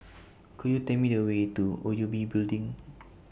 Could YOU Tell Me The Way to O U B Building